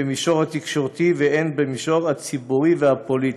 במישור התקשורתי ובמישור הציבורי והפוליטי,